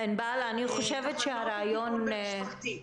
טיפול משפחתי.